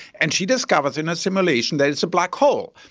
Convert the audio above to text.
and she discovers in a simulation that it's a black hole.